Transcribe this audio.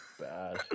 bad